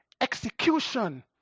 execution